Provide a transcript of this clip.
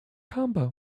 combo